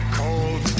cold